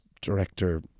director